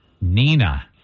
Nina